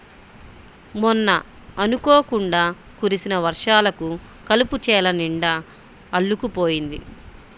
మొన్న అనుకోకుండా కురిసిన వర్షాలకు కలుపు చేలనిండా అల్లుకుపోయింది